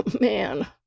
man